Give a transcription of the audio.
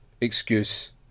excuse